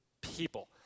people